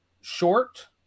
short